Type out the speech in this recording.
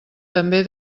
també